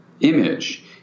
image